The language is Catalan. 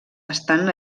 estan